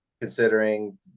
considering